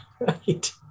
Right